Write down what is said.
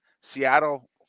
Seattle